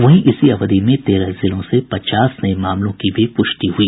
वहीं इसी अवधि में तेरह जिलों से पचास नये मामलों की भी प्रष्टि हुई